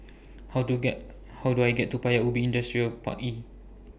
How Do How Do I get to Paya Ubi Industrial Park E